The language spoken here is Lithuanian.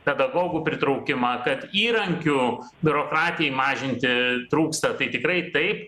pedagogų pritraukimą kad įrankių biurokratijai mažinti trūksta tai tikrai taip